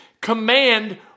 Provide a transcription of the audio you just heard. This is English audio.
command